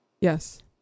Yes